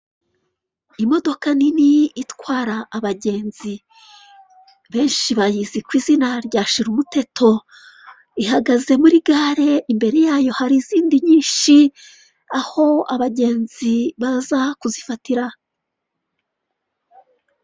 Imodoka nini itwara abagenzi, benshi bayizi ku izina rya shirumuteto, ihagaze muri gare, imbere yayo hari izindi nyinshi aho abagenzi baza kuzifatira.